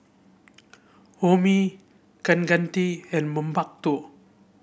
Homi Kaneganti and Mankombu